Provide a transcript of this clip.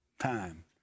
Time